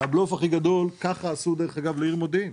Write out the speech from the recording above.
דרך אגב, ככה עשו לעיר מודיעין.